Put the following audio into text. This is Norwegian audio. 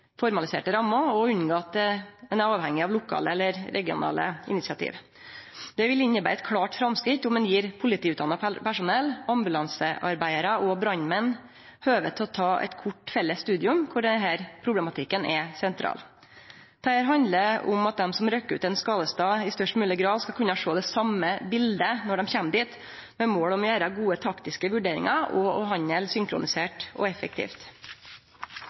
formaliserte rammer og unngå at ein er avhengig av lokale eller regionale initiativ. Det vil innebere eit klårt framskritt om ein gir politiutdanna personell, ambulansearbeidarar og brannmenn høve til å ta eit kort felles studium kor denne problematikken er sentral. Dette handlar om at dei som rykker ut til ein skadestad, i størst mogleg grad skal kunne sjå det same bildet når dei kjem dit, med mål om å gjere gode taktiske vurderingar og å handle synkronisert og effektivt.